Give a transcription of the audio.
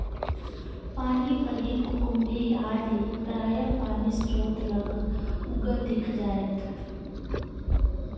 पानिपरी कुकुम्भी आदि प्रायः पानिस्रोत लग उगल दिख जाएत